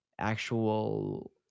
actual